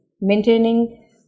maintaining